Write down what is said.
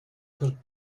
per